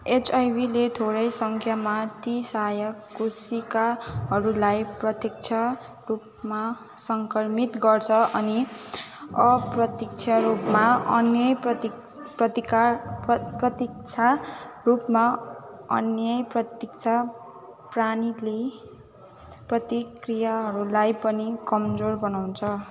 एचआइभीले थोरै सङ्ख्यामा ती सहायक कोशिकाहरूलाई प्रत्यक्ष रूपमा सङ्क्रमित गर्छ अनि अप्रत्यक्ष रूपमा अन्यप्रति प्रतिकार प प्रतीक्षा रूपमा अन्य प्रतीक्षा प्राणीले प्रतिक्रियाहरूलाई पनि कमजोर बनाउँछ